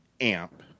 amp